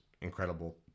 incredible